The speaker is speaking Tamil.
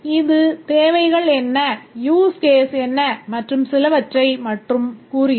இது தேவைகள் என்ன use case என்ன மற்றும் சிலவற்றை மட்டும் கூறுகிறது